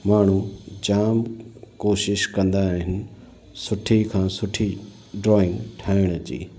माण्हू जाम कोशिश कंदा आहिनि सुठे खां सुठी ड्रॉईंग ठाहिण जी